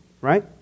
right